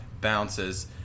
bounces